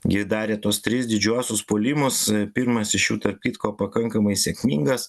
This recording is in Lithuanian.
jie darė tuos tris didžiuosius puolimus pirmas iš jų tarp kitko pakankamai sėkmingas